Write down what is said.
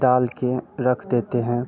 डालकर रख देते हैं